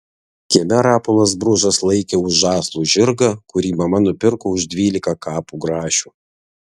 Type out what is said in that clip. kieme rapolas bružas laikė už žąslų žirgą kurį mama nupirko už dvylika kapų grašių